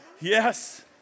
Yes